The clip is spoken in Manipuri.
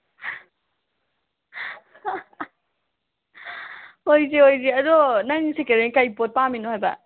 ꯍꯣꯏꯁꯦ ꯍꯣꯏꯁꯦ ꯑꯗꯣ ꯅꯪ ꯁꯦꯀꯦꯟ ꯍꯦꯟ ꯀꯔꯤ ꯄꯣꯠ ꯄꯥꯝꯃꯤꯅꯣ ꯍꯥꯏꯕ